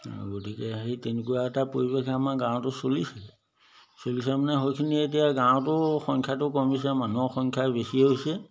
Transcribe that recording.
আৰু গতিকে সেই তেনেকুৱা এটা পৰিৱেশে আমাৰ গাঁৱতো চলিছিলে চলিছে মানে সেইখিনি এতিয়া গাঁৱতো সংখ্যাটো কমিছে মানুহৰ সংখ্যা বেছি হৈছে